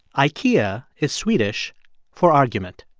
ikea is swedish for argument.